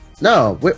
no